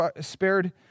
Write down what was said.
spared